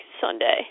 Sunday